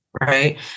right